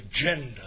agenda